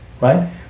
right